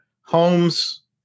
Holmes